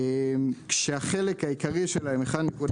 כשהחלק העיקרי שלהן, 1.2